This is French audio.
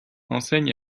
enseigne